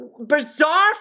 bizarre